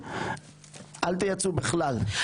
אל תייצאו בכלל.